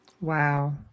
Wow